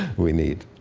we need.